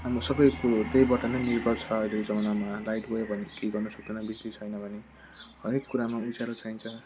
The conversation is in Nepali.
हाम्रो सबै कुरो त्यहीबाट नै निर्भर छ अहिलेको जमानामा लाइट गयो भने केही गर्न सक्दैन बिजुली छैन भने हरेक कुरामा उज्यालो चाहिन्छ